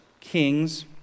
kings